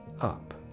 up